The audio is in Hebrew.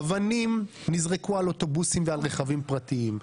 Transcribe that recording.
אבנים נזרקו על אוטובוסים ועל רכבים פרטים,